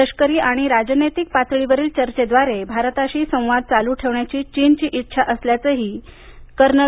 लष्करी आणि राजनैतिक पातळीवरील चर्चेद्वारे भारताशी संवाद चालू ठेवण्याची चीनची इच्छा असल्याचंही त्यांनी सांगितलं